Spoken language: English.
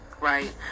right